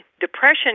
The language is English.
depression